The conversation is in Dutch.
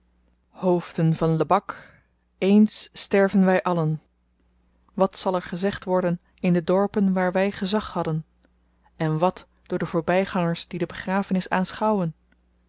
hoofden van lebak eens sterven wy allen wat zal er gezegd worden in de dorpen waar wy gezag hadden en wàt door de voorbygangers die de begrafenis aanschouwen